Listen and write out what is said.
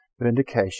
vindication